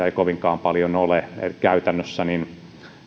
ei kovinkaan paljon ole käytännössä kun